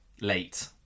late